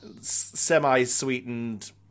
semi-sweetened